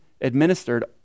administered